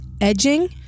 edging